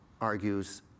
argues